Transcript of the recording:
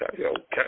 okay